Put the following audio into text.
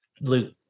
Luke